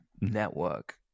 network